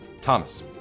thomas